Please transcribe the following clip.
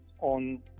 on